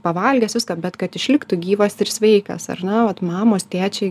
pavalgęs viską bet kad išliktų gyvas ir sveikas ar ne vat mamos tėčiai